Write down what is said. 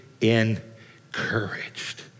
encouraged